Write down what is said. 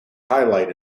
highlight